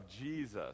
Jesus